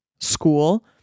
school